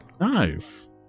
Nice